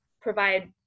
provide